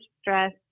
stress